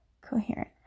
coherent